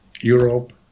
Europe